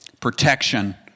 protection